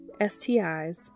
STIs